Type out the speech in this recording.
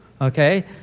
okay